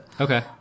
okay